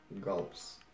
gulps